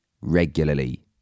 regularly